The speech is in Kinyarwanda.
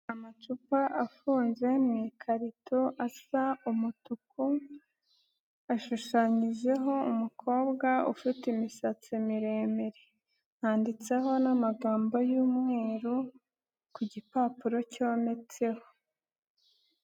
Amacupa afunze mu ikarito asa umutuku ashushanyijeho umukobwa ufite imisatsi miremire, handitseho n'amagambo y'umweru ku gipapuro cyometseho.